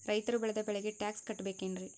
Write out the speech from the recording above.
ರೈತರು ಬೆಳೆದ ಬೆಳೆಗೆ ಟ್ಯಾಕ್ಸ್ ಕಟ್ಟಬೇಕೆನ್ರಿ?